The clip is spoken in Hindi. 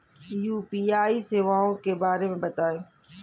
यू.पी.आई सेवाओं के बारे में बताएँ?